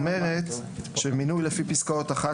האמירה בחוק אומרת שמינוי לפי פסקאות (1),